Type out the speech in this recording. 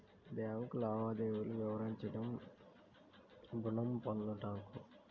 Bank లావాదేవీలు వివరించండి ఋణము పొందుటకు?